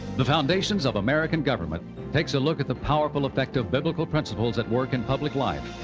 the foundations of american government takes a look at the powerful effect of biblical principles at work in public life,